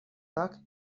так